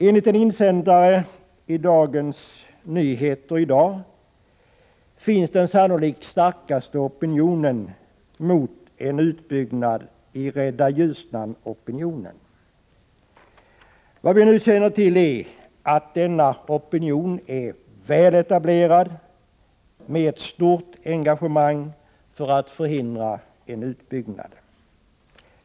Enligt en insändare i Dagens Nyheter av i dag finns den sannolikt starkaste opinionen mot en utbyggnad i Rädda Ljusnan-opinionen. Vad vi nu känner till är att denna opinion är väl etablerad med ett stort engagemang för att förhindra en utbyggnad.